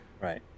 Right